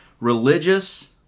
religious